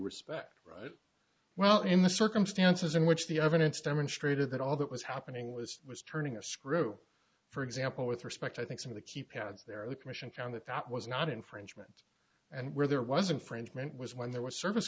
respect well in the circumstances in which the evidence demonstrated that all that was happening was was turning a screw for example with respect i think some of the keypads there the commission found that that was not infringement and where there wasn't fringe meant was when there was service